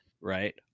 right